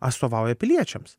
atstovauja piliečiams